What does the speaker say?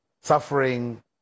suffering